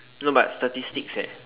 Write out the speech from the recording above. no but statistics eh